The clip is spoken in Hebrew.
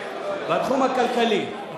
בתחום הכלכלי,